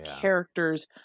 characters